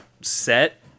set